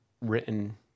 written